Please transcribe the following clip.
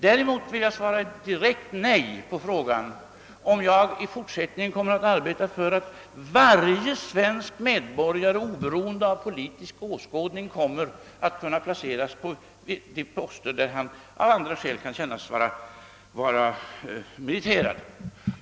Däremot vill jag svara direkt nej på frågan, om jag i fortsättningen kommer att arbeta för att varje svensk medborgare, oberoende av politisk åskådning, kommer att kunna placeras på de poster där han av andra skäl kan anses merite rad.